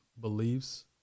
beliefs